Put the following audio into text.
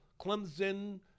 Clemson